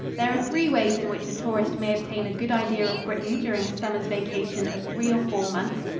there are three ways in which a tourist may obtain a good idea of britain during a summer's vacation of three or four months.